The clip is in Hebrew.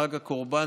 חג הקורבן,